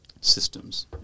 systems